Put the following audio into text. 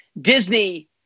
disney